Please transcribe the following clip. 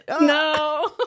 no